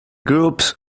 groups